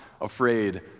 afraid